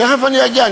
תכף אני אגיע.